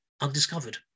undiscovered